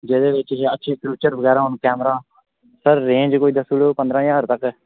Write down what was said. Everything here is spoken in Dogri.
जेदे बिच अच्छे फीचर बगैरा होन कैमरा सर रेंज कोई दस्सी ओड़ो कोई पदंरा ज्हार तक्कर